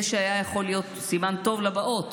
זה היה יכול להיות סימן טוב לבאות